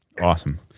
awesome